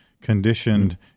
conditioned